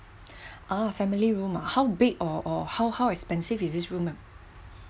ah family room ah how big or or how how expensive is this room ah